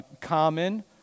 common